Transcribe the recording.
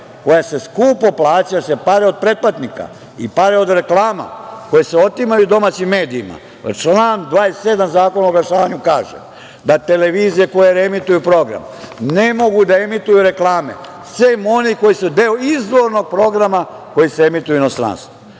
koja se skupo plaća, pare od pretplatnika i pare od reklama koje se otimaju domaćim medijima? Član 27. Zakona o oglašavanju kaže da televizije koje reemituju program ne mogu da emituju reklame, sem onih koje su deo izvornog programa koji se emituje u inostranstvu,